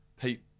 Pete